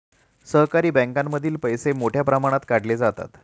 सहकारी बँकांमधील पैसेही मोठ्या प्रमाणात काढले जातात